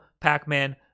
Pac-Man